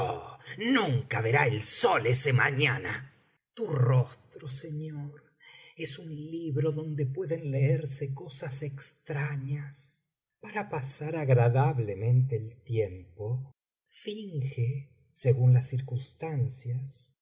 uuuca verá el sol ese mañana tu rostro señor es un libro donde pueden leerse cosas extrañas para pasar agradablemente el tiempo finge según las circunstancias